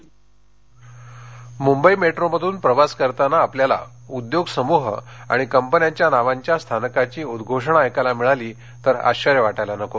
Mumbai metro Mumbai पश्चिम मुंबई मेट्रोमधून प्रवास करताना आपल्याला उद्योग समूह आणि कंपन्यांच्या नावांच्या स्थानकाची उद्वोषणा ऐकायला मिळाल्यास आश्वर्य वाटायला नको